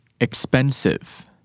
Expensive